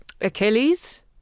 Achilles